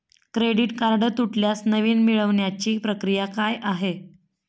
Credit card तुटल्यास नवीन मिळवण्याची प्रक्रिया काय आहे?